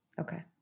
Okay